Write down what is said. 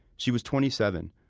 she was twenty seven,